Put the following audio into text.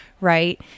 right